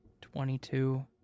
Twenty-two